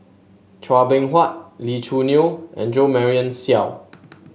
Chua Beng Huat Lee Choo Neo and Jo Marion Seow